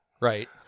right